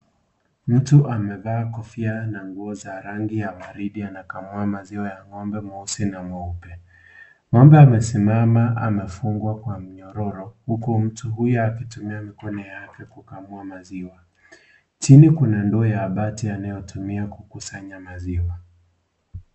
Mtu amevaa kofia na nguo za rangi ya waridi anakamua maziwa ya ng'ombe mweusi na mweupe. Ng'ombe amesimama amefungwa kwa mnyororo huku mtu huyu akitumia mikono yake kukamua maziwa . Chini kuna ndoo ya bati anayoitumia kukusanya maziwa.